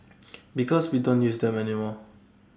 because we don't use them anymore